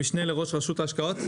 המשנה לראש רשות ההשקעות.